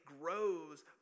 grows